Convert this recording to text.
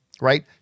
right